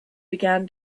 began